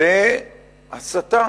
בהסתה,